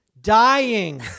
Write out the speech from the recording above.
Dying